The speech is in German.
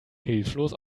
hilflos